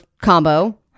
combo